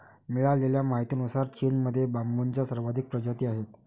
मिळालेल्या माहितीनुसार, चीनमध्ये बांबूच्या सर्वाधिक प्रजाती आहेत